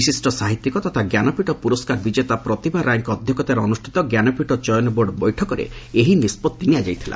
ବିଶିଷ୍ଟ ସାହିତ୍ୟିକ ତଥା ଜ୍ଞାନପୀଠ ପୁରସ୍କାର ବିଜେତା ପ୍ରତିଭା ରାୟଙ୍କ ଅଧ୍ୟକ୍ଷତାରେ ଅନୁଷ୍ଠିତ ଜ୍ଞାନପୀଠ ଚୟନ ବୋର୍ଡ ବୈଠକରେ ଏହି ନିଷ୍କଭି ନିଆଯାଇଥିଲା